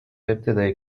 ابتدایی